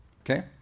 Okay